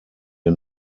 wir